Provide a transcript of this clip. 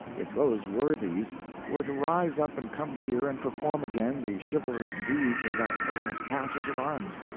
if those worthies were to rise up and come here and perform again the chivalrous deeds of that famous passage of arms?